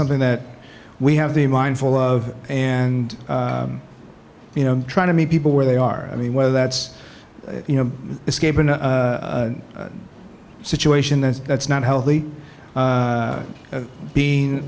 something that we have the mindful of and you know trying to meet people where they are i mean whether that's you know escape in a situation that's not healthy being